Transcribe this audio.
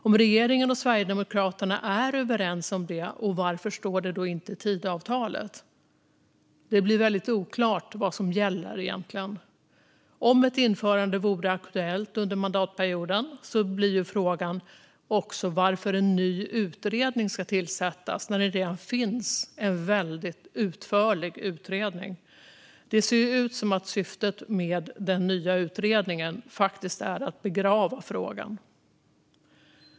Om regeringen och Sverigedemokraterna är överens om det, varför står det då inte i Tidöavtalet? Det blir väldigt oklart vad som egentligen gäller. Om det skulle vara så att ett införande kommer att bli aktuellt under mandatperioden blir frågan också varför en ny utredning ska tillsättas när det redan finns en väldigt utförlig utredning. Det ser ut som att syftet med den nya utredningen är att begrava frågan.